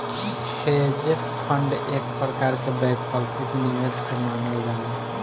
hedge fund एक प्रकार के वैकल्पिक निवेश के मानल जाला